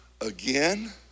again